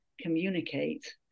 communicate